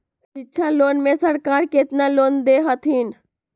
शिक्षा लोन में सरकार केतना लोन दे हथिन?